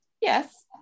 Yes